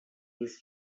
his